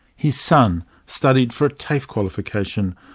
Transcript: his son studied for a tafe qualification,